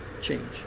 change